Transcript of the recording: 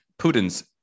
Putin's